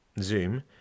Zoom